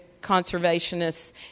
conservationists